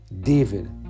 David